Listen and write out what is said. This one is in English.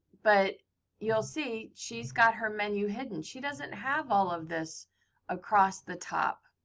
but you'll see, she's got her menu hidden. she doesn't have all of this across the top.